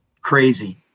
Crazy